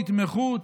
תתמכו,